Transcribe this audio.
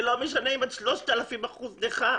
לא משנה אם יש לך 3,000 אחוזי נכות.